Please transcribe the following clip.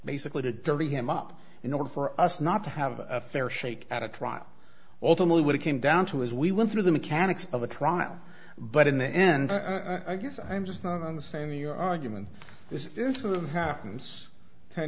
basically the dirty him up in order for us not to have a fair shake at a trial ultimately what it came down to is we went through the mechanics of a trial but in the end i guess i'm just not understanding your argument this